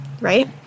right